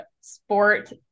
sport